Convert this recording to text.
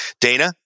Dana